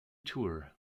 tour